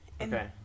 Okay